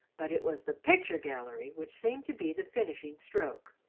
but it was the picture gallery which seemed to be the finishing stroke.